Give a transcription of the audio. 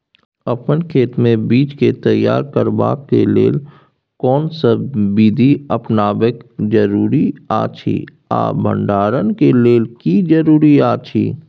अपन खेत मे बीज तैयार करबाक के लेल कोनसब बीधी अपनाबैक जरूरी अछि आ भंडारण के लेल की जरूरी अछि?